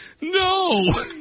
No